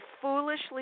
foolishly